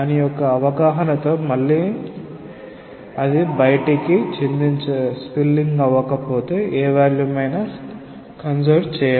దాని యొక్క అవగాహనతో మళ్ళీ అది బయటికి చిందించకపోతే ఏ వాల్యూమ్ అయినా సంరక్షించబడాలి